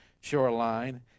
shoreline